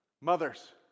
Mothers